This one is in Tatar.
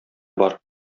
бар